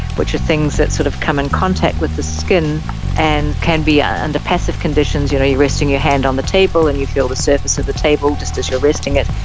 which are things that sort of come in contact with the skin and can be ah and under passive conditions, you know, you're resting your hand on the table and you feel the surface of the table just as you're resting it,